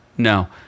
No